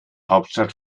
hauptstadt